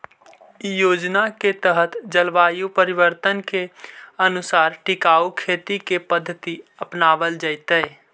इ योजना के तहत जलवायु परिवर्तन के अनुसार टिकाऊ खेत के पद्धति अपनावल जैतई